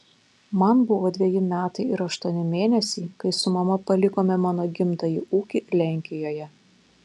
man buvo dveji metai ir aštuoni mėnesiai kai su mama palikome mano gimtąjį ūkį lenkijoje